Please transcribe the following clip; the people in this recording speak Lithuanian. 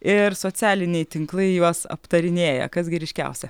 ir socialiniai tinklai juos aptarinėja kas gi ryškiausia